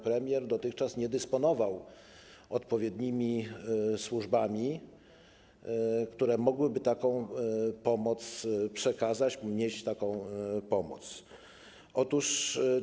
Premier dotychczas nie dysponował odpowiednimi służbami, które mogłyby taką pomoc przekazać i taką pomoc nieść.